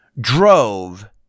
drove